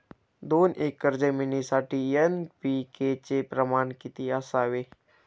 दोन एकर जमीनीसाठी एन.पी.के चे प्रमाण किती असावे?